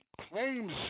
claims